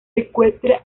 encuentra